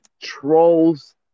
Trolls